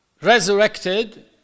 resurrected